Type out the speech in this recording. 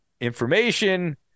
information